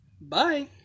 Bye